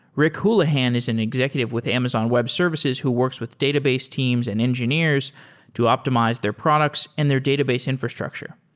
rick houlihan is an executive with amazon web services who works with database teams and engineers to optimize their products and their database infrastructure.